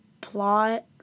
plot